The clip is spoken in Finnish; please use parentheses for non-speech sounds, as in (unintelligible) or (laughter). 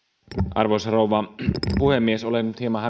arvoisa rouva puhemies olen nyt hieman (unintelligible)